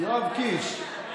יואב קיש,